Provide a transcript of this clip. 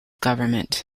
government